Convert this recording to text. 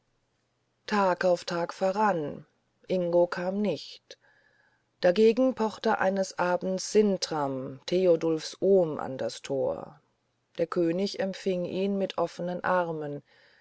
tag auf tag verrann ingo kam nicht dagegen pochte eines abends sintram theodulfs ohm an das tor der könig empfing ihn mit offenen armen